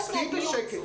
אז תהיי בשקט.